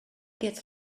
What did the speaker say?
gets